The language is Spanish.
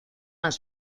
las